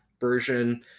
version